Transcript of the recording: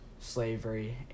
slavery